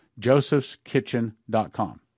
josephskitchen.com